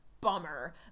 bummer